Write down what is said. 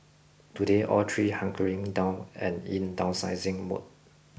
today all three hunkering down and in downsizing mode